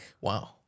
wow